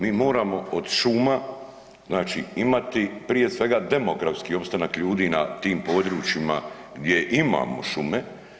Mi moramo od šuma znači imati prije sve demografski opstanak ljudi na tim područjima gdje imamo šume.